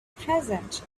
present